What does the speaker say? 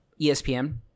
espn